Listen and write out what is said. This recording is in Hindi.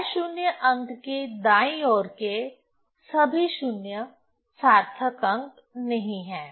गैर शून्य अंक के दाईं ओर के सभी शून्य सार्थक अंक नहीं हैं